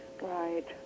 right